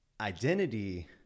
identity